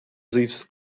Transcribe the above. thieves